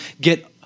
get